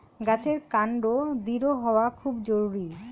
গাছের কান্ড দৃঢ় হওয়া খুব জরুরি